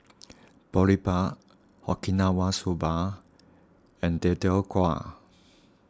Boribap Okinawa Soba and Deodeok Gui